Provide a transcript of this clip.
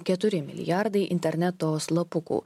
keturi milijardai interneto slapukų